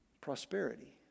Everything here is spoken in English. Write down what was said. Prosperity